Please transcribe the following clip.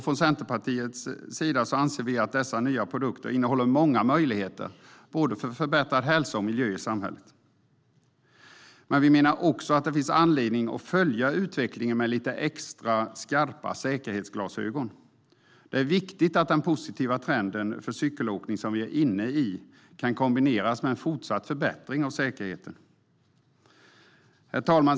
Från Centerpartiets sida anser vi att dessa nya produkter innehåller många möjligheter för förbättrad hälsa och miljö i samhället. Men vi menar också att det finns anledning att följa utvecklingen med lite extra skarpa säkerhetsglasögon. Det är viktigt att den positiva trend för ökad cykelåkning som vi är inne i kan kombineras med en fortsatt förbättring av säkerheten. Herr talman!